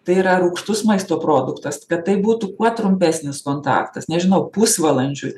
tai yra rūgštus maisto produktas kad tai būtų kuo trumpesnis kontaktas nežinau pusvalandžiui